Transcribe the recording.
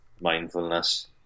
mindfulness